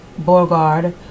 Borgard